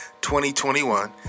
2021